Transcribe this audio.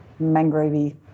mangrovey